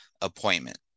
appointment